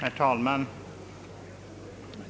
Herr talman!